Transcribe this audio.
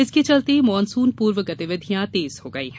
इसके चलते मानसून पूर्व गतिविधियां तेज हो गई हैं